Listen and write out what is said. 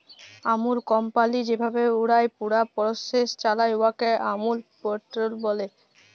আমূল company যেভাবে উয়ার পুরা পরসেস চালায়, উয়াকে আমূল প্যাটার্ল ব্যলে